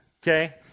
Okay